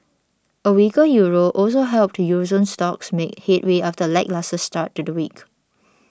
a weaker Euro also helped Euro zone stocks make headway after a lacklustre start to the week